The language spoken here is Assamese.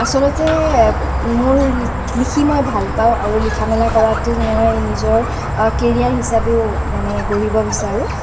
আচলতে মোৰ লিখি মই ভাল পাওঁ আৰু লিখা মেলা কৰাটো মই নিজৰ কেৰিয়াৰ হিচাপেও মানে গঢ়িব বিচাৰোঁ